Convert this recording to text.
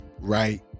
right